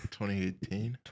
2018